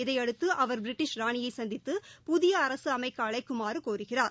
இதையடுத்துஅவர் British ராணியைசந்தித்து புதியஅரசுஅமைக்கஅழைக்குமாறுகோருகிறார்